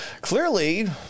clearly